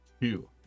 two